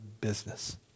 business